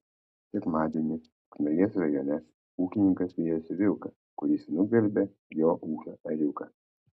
sekmadienį ukmergės rajone ūkininkas vijosi vilką kuris nugvelbė jo ūkio ėriuką